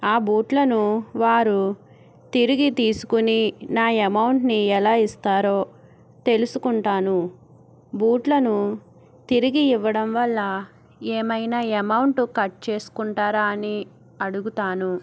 ఆ బూట్లను వారు తిరిగి తీసుకుని నా ఎమౌంట్ని ఎలా ఇస్తారో తెలుసుకుంటాను బూట్లను తిరిగి ఇవ్వడం వల్ల ఏమైనా ఎమౌంట్ కట్ చేసుకుంటారా అని అడుగుతాను